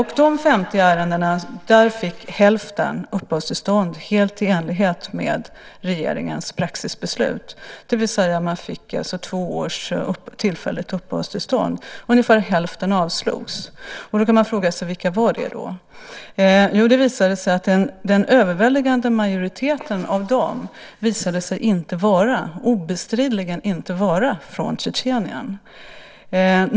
I de 50 ärendena fick hälften uppehållstillstånd helt i enlighet med regeringens praxisbeslut, det vill säga man fick två års tillfälligt uppehållstillstånd. Ungefär hälften avslogs. Då kan man fråga sig vilka det var. Det visade sig att den överväldigande majoriteten av dem obestridligen inte var från Tjetjenien.